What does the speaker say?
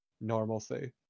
normalcy